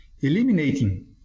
eliminating